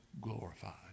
glorified